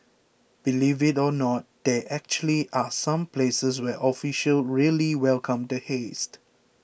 believe it or not there actually are some places where officials really welcome the hazed